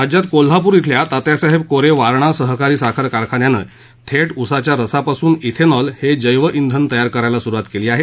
राज्यात कोल्हापूर शिल्या तात्यासाहेब कोरे वारणा सहकारी साखर कारखान्यानं थेट उसाच्या रसापासून शिनॉल हे जेव शिन तयार करायला सुरुवात केली आहे